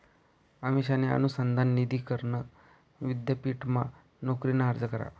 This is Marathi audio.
अमिषाने अनुसंधान निधी करण विद्यापीठमा नोकरीना अर्ज करा